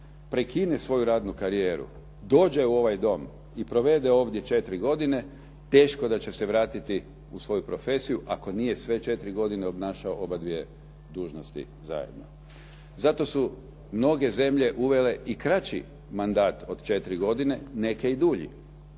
prekine svoju radnu karijeru, dođe u ovaj Dom i provede ovdje 4 godine, teško da će se vratiti u svoju profesiju ako nije sve 4 godine obnašao obadvije dužnosti zajedno. Zato su mnoge zemlje uvele i kraći mandat od 4 godine, neke i dulji.